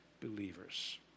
believers